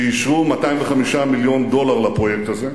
שאישרו 205 מיליון דולר לפרויקט הזה.